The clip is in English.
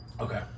Okay